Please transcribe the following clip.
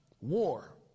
war